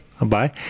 Bye